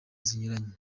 zinyuranye